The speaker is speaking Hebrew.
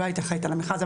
לא הייתי אחראית על המכרז,